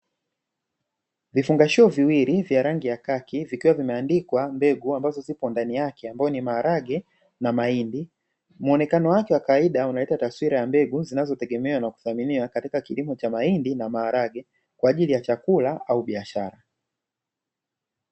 Vifungashio viwili vya rangi ya kaki, vikiwa vimeandikwa mbegu ambazo zipo ndani yake, ikiwa ni maharage na mahindi. Muonekano wake wa kawaida unaleta taswira ya mbegu zinazotegemewa na kuthaminiwa katika kilimo cha mahindi na maharage, kwa ajili ya chakula au biashara.